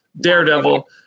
Daredevil